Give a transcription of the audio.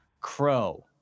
Crow